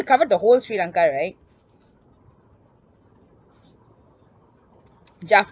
covered the whole sri lanka right jaffna